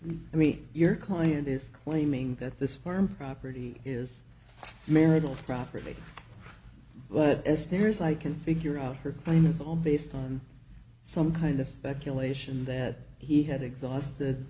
i mean your client is claiming that this form property is marital property but as near as i can figure out her claim is all based on some kind of speculation that he had exhausted